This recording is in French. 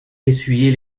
essuyer